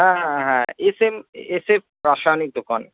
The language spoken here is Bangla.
হ্যাঁ হ্যাঁ হ্যাঁ এসএমএসএ রাসায়নিক দোকান